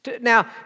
Now